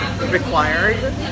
required